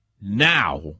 now